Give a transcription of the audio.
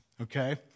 okay